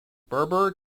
berber